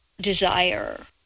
desire